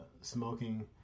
smoking